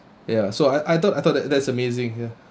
ya so I I thought I thought that's amazing ya